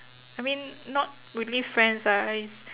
I mean not really friends ah I